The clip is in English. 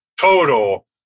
total